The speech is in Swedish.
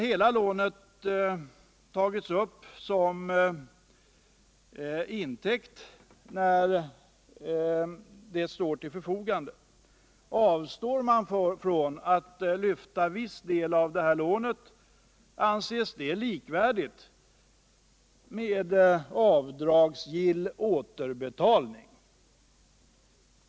Hela lånet skall tas upp som intäkt när det står till förfogande. Avstår man från att lyfta viss del av lånet anses det likvärdigt med avdragsgill återbetalning.